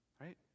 Right